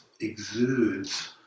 exudes